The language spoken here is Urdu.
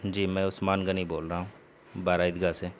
جی میں عثمان غنی بول رہا ہوں بارہ عید گاہ سے